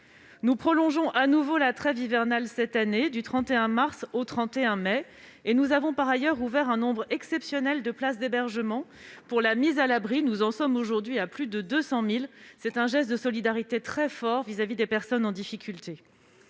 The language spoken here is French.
Nous prolongeons de nouveau la trêve hivernale cette année, du 31 mars au 31 mai. Nous avons par ailleurs ouvert un nombre exceptionnel de places d'hébergement pour la mise à l'abri. Nous en sommes aujourd'hui à plus de 200 000 places. C'est un geste de solidarité très fort vis-à-vis des personnes en difficulté.